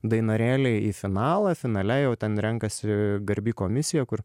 dainorėliai į finalą finale jau ten renkasi garbi komisija kur